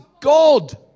God